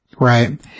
Right